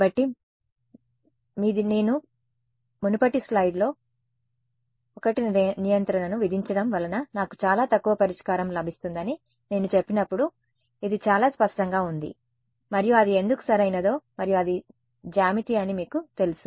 కాబట్టి మీది నేను మునుపటి స్లయిడ్లో 1 నియంత్రణను విధించడం వలన నాకు చాలా తక్కువ పరిష్కారం లభిస్తుందని నేను చెప్పినప్పుడు ఇది చాలా స్పష్టంగా ఉంది మరియు అది ఎందుకు సరైనదో మరియు అది జ్యామితి అని మీకు తెలుసు